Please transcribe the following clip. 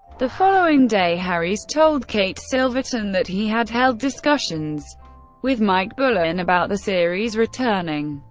the following day, harries told kate silverton that he had held discussions with mike bullen about the series returning,